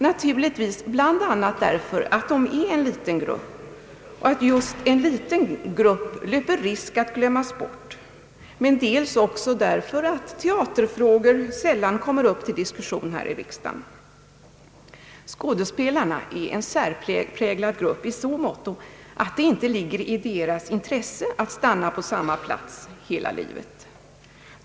Naturligtvis bland annat därför att just en liten grupp löper risk att glömmas bort men också därför att teaterfrågor över huvud taget sällan kommer upp till diskussion här i riksdagen. Skådespelarna är en särpräglad grupp i så måtto, att det inte ligger i deras intresse att stanna på samma arbetsplats hela livet.